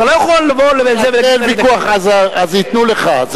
אתה לא יכול לבוא, אז ייתנו לך.